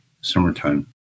summertime